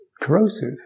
corrosive